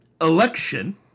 election